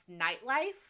nightlife